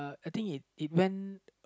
it think it it went